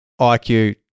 IQ